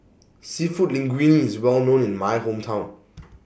Seafood Linguine IS Well known in My Hometown